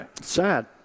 Sad